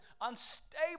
Unstable